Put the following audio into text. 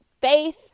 faith